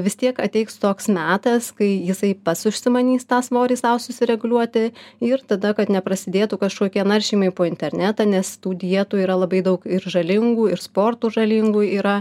vis tiek ateis toks metas kai jisai pats užsimanys tą svorį sau susireguliuoti ir tada kad neprasidėtų kažkokie naršymai po internetą nes tų dietų yra labai daug ir žalingų ir sportų žalingų yra